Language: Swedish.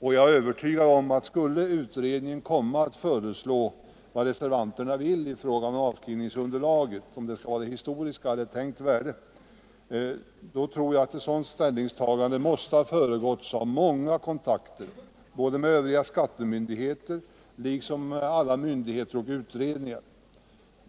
och jag är övertygad om att skulle utredningen komma att föreslå vad reservanterna vill i fråga om avskrivningsunderlaget, när det gäller om det skall vara det historiska anskaffningsvärdet eller ett tänkt värde, så måste ställningstagandet ha föregåtts av många kontakter med övriga skatteutredningar liksom med skattemyndigheter.